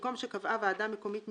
במקום "שקבעה ועדה מקומית מקצועית"